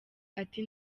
ati